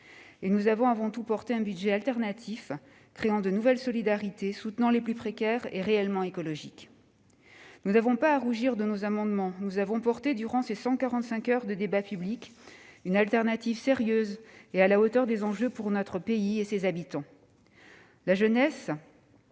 et nous avons avant tout proposé un budget créant de nouvelles solidarités, soutenant les plus précaires, et réellement écologique. Nous n'avons pas à rougir de nos amendements. Durant ces 145 heures de débat public, nous avons défendu une alternative sérieuse, à la hauteur des enjeux pour notre pays et ses habitants. La jeunesse,